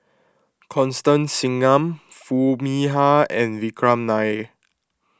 Constance Singam Foo Mee Har and Vikram Nair